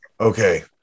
Okay